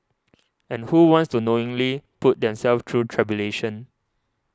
and who wants to knowingly put themselves through tribulation